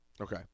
okay